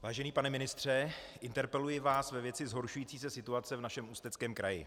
Vážený pane ministře, interpeluji vás ve věci zhoršující se situace v našem Ústeckém kraji.